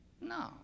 No